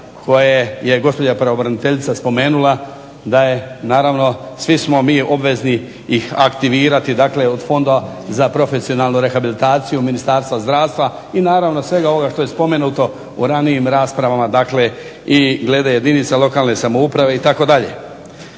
koje je gospođa pravobraniteljica spomenula da naravno svi smo mi obvezni ih aktivirati dakle od Fonda za profesionalnu rehabilitaciju Ministarstva zdravstva i naravno sve ovo što je spomenuto u ranijim raspravama dakle i glede jedinica lokalne samouprave itd. Nadalje,